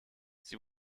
sie